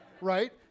right